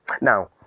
Now